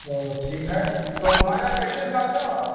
तो ठीक है तो तुम्हारे यहाँ कैसे धुलाते हो आप